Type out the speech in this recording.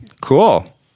Cool